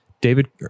David